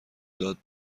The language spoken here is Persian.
داد